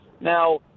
Now